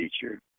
teacher